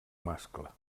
mascle